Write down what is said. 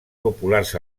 populars